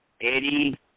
Eddie